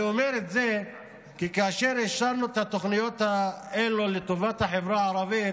אני אומר את זה כי כאשר אישרנו את התוכניות האלה לטובת החברה הערבית,